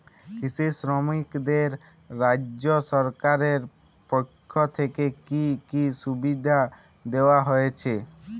কৃষি শ্রমিকদের রাজ্য সরকারের পক্ষ থেকে কি কি সুবিধা দেওয়া হয়েছে?